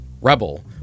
Rebel